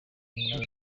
nyuma